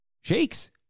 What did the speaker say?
shakes